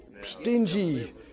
stingy